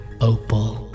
Opal